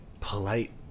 polite